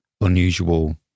unusual